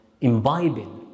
imbibing